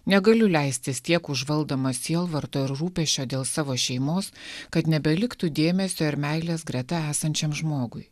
negaliu leistis tiek užvaldoma sielvarto ir rūpesčio dėl savo šeimos kad nebeliktų dėmesio ir meilės greta esančiam žmogui